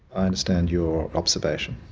i understand your observation.